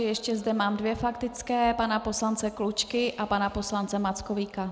Ještě zde mám dvě faktické pana poslance Klučky a pana poslance Mackovíka.